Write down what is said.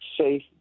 safe